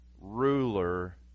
ruler